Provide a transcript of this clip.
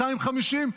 250,